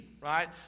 right